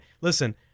Listen